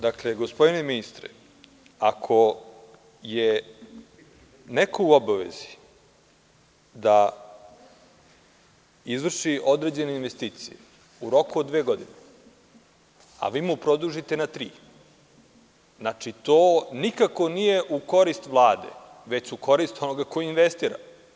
Dakle, gospodine ministre, ako je neko u obavezi da izvrši određene investicije u roku od dve godine, a vi mu produžite na tri, to nikako nije u korist Vlade, već u korist onoga ko investira.